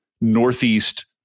Northeast